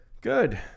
Good